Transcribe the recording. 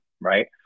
right